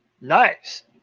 Nice